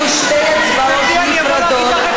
יהיו שתי הצבעות נפרדות,